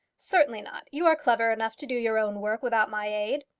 certainly not. you are clever enough to do your own work without my aid.